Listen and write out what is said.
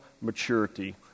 maturity